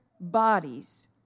bodies